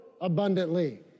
abundantly